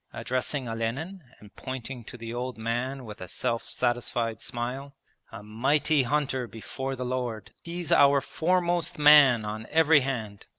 addressing olenin and pointing to the old man with a self-satisfied smile. a mighty hunter before the lord! he's our foremost man on every hand.